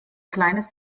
kleines